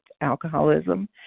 alcoholism